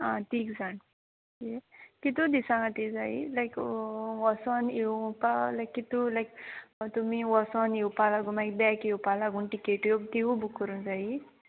आ तीग जाण ये कितू दिसा खातीर जायी लायक वोसोन येवपा लायक कितू लायक तुमी वोसोन येवपा लागू माई बॅक येवपा लागून टिकेट्यो तिवू बूक करूंक जायी